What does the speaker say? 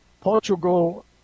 Portugal